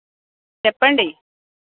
చెప్పండి